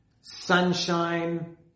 Sunshine